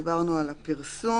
דיברנו על הפרסום.